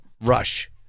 rush